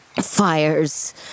fires